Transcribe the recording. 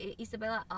Isabella